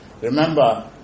Remember